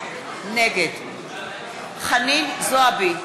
נגד חנין זועבי,